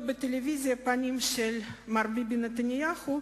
בטלוויזיה את הפנים של מר ביבי נתניהו,